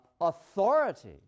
Authority